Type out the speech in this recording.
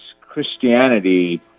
Christianity